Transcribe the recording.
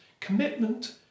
Commitment